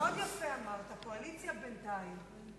מאוד יפה אמרת: קואליציה בינתיים.